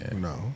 No